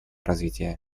развития